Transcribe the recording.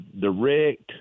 direct